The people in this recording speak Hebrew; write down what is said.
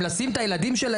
לילדים שלה.